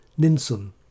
Ninsun